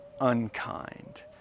unkind